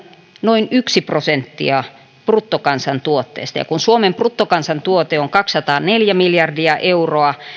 noin yksi prosenttia bruttokansantuotteesta ja kun suomen bruttokansantuote on kaksisataaneljä miljardia euroa